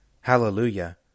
Hallelujah